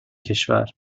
کشور